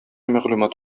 мәгълүмат